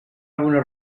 alguna